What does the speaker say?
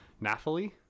Nathalie